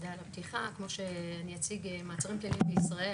שמעתי הרבה דברים,